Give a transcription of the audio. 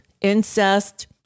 incest